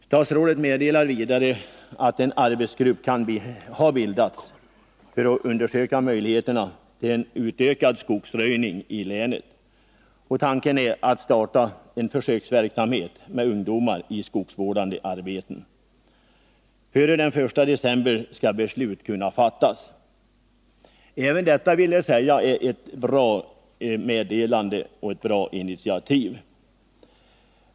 Statsrådet meddelar vidare att en arbetsgrupp har bildats för att undersöka möjligheterna till en utökad skogsröjning i länet. Tanken är att starta en försöksverksamhet med ungdomar i skogsvårdande arbeten. Före den 1 december skall beslut kunna fattas. Även detta vill jag säga är ett positivt meddelande och ett bra initiativ.